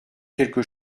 quelque